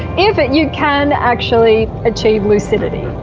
if it you can actually achieve lucidity.